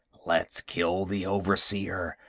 let's kill the overseer.